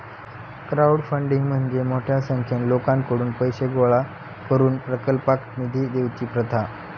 crowdfunding म्हणजे मोठ्या संख्येन लोकांकडुन पैशे गोळा करून प्रकल्पाक निधी देवची प्रथा